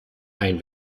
ein